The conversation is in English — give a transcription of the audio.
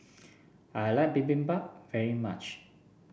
I like Bibimbap very much